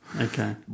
okay